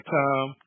time